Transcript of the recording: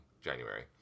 January